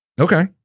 Okay